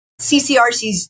CCRCs